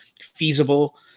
feasible